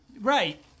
Right